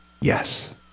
yes